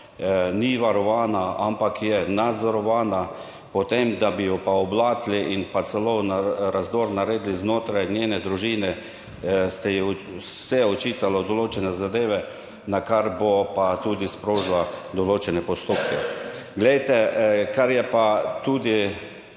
ni varovana, ampak je nadzorovana po tem, da bi jo pa oblatili in pa celo razdor naredili znotraj njene družine, se ji je vse očitalo določene zadeve, na kar bo pa tudi sprožila določene postopke. Glejte, kar je pa tudi